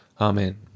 Amen